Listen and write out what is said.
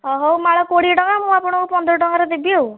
ହଁ ହଉ ମାଳ କୋଡ଼ିଏ ଟଙ୍କା ମୁଁ ଆପଣଙ୍କୁ ପନ୍ଦର ଟଙ୍କାରେ ଦେବି ଆଉ